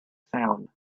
sound